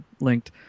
linked